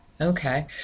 Okay